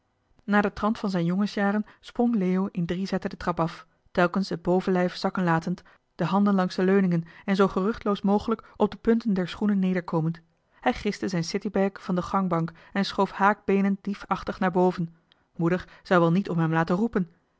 naar den trant van zijn jongensjaren sprong leo in drie zetten de trap af telkens het bovenlijf zakken latend de handen langs de leuningen en zoo geruchtloos mogelijk op de punten der schoenen nederkomend hij griste zijn citybag van de gangbank en schoof haakbeenend diefachtig naar boven moeder zou wel niet om hem laten roepen